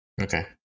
okay